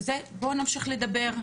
אז בואי נמשיך לדבר.